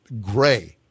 gray